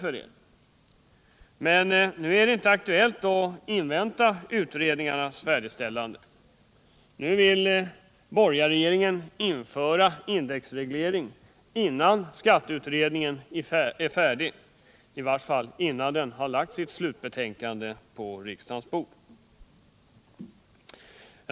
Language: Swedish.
Nu är det emellertid inte aktuellt att invänta utredningarnas färdigställande, utan nu vill borgarregeringen införa indexreglering innan skatteutredningarna är färdiga, i varje fall innan de lagt fram sitt slutbetänkande på regeringens bord.